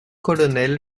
colonel